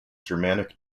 germanic